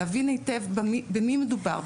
להבין היטב במי מדובר,